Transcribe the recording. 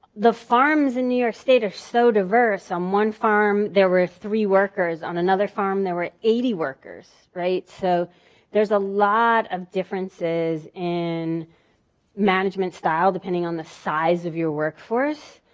the farms in new york state are so diverse, on one farm there were three workers, on another farm there were eighty workers. so there's a lot of differences in management style depending on the size of your workforce.